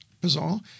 bizarre